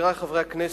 חברי חברי הכנסת,